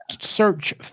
search